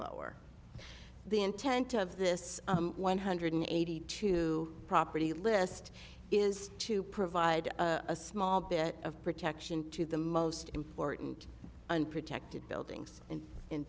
lower the intent of this one hundred eighty two property list is to provide a small bit of protection to the most important unprotected buildings and